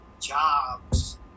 jobs